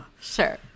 Sure